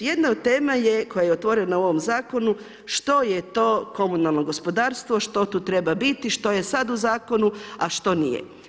Jedna od tema je koja je otvorena u ovom zakonu što je to komunalno gospodarstvo, što tu treba biti, što je sad u zakonu, a što nije.